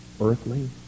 earthly